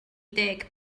deg